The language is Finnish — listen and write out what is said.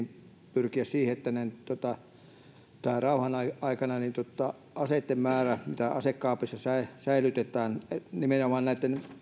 pyrkiä siihen että rauhan aikana niitten aseitten määrää mitä asekaapeissa säilytetään nimenomaan näitten